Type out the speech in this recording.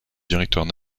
directoire